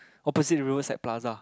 opposite river side plaza